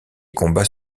combats